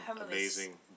amazing